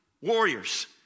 warriors